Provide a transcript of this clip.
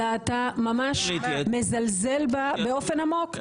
אלא אתה ממש מזלזל בה באופן עמוק,